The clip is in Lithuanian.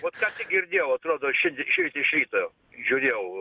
vot girdėjau atrodo šiandien šįryt iš ryto jau žiūrėjau